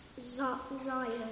Zion